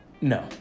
No